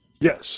Yes